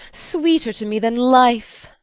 sweeter to me than life!